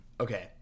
okay